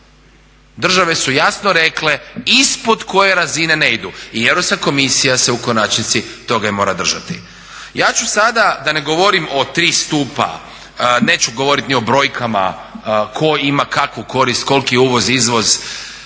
Države su jasno rekla ispod koje razine ne idu i Europska komisija se u konačnici toga i mora držati. Ja ću sada da ne govorim o tri stupa neću govoriti ni o brojkama tko ima kakvu korist, koliki je uvoz-izvoz,